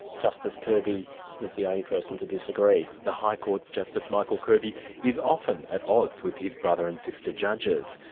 justice kirby was the only person to disagree. the high court's justice michael kirby is often at odds with his brother and sister judges.